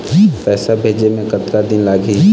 पैसा भेजे मे कतका दिन लगही?